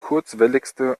kurzwelligste